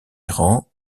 errants